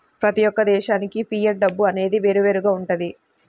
ప్రతి యొక్క దేశానికి ఫియట్ డబ్బు అనేది వేరువేరుగా వుంటది